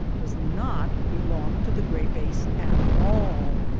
does not be long to the gray base at all.